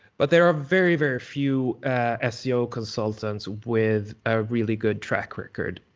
but there are very, very few ah seo consultants with a really good track record,